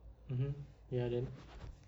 mmhmm ya then